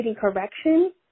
correction